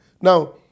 Now